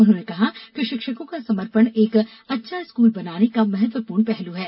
उन्होंने कहा कि शिक्षकों का समर्पण एक अच्छा स्कूल बनाने का महत्वपूर्ण पहलू है